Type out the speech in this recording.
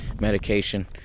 medication